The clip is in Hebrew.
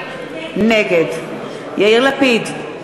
נגד יאיר לפיד,